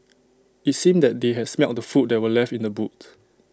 IT seemed that they had smelt the food that were left in the boot